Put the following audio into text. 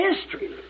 history